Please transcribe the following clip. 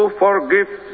forgive